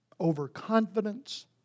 Overconfidence